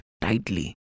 tightly